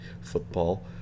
football